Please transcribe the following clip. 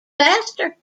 faster